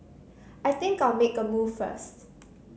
I think I'll make a move first